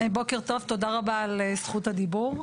בוקר טוב, תודה רבה על זכות הדיבור.